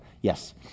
Yes